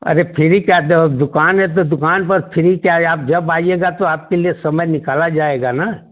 अरे फ्री क्या तो दुकान है तो दुकान बस फ्री क्या है आप जब आइएगा तो आपके लिए समय निकाला जाएगा ना